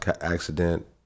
accident